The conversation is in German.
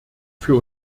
für